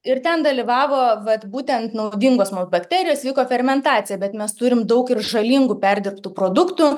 ir ten dalyvavo vat būtent naudingos bakterijos vyko fermentacija bet mes turim daug ir žalingų perdirbtų produktų